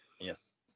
Yes